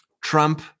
Trump